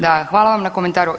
Da, hvala vam na komentaru.